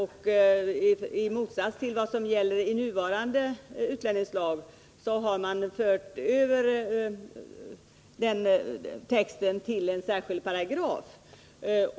I motsats till vad som gäller i nuvarande utlänningslag har man fört över texten till en särskild paragraf.